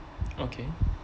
okay